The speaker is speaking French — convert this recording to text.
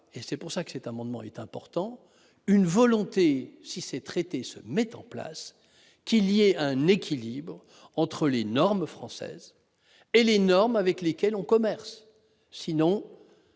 et c'est pour ça que c'est un moment est important, une volonté, si ces traités se mettent en place, qu'il y a un équilibre entre les normes françaises et l'énorme avec lesquels on commerce sinon